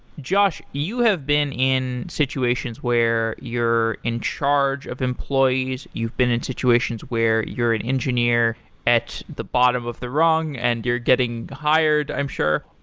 josh, you have been in situations where you're in charge of employees. you've been in situations where you're an engineer at the bottom of the rung and you're getting tired, i'm sure.